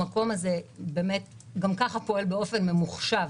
המקום הזה גם ככה פועל באופן ממוחשב.